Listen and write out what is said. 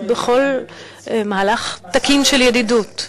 בכל מהלך תקין של ידידות.